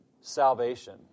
salvation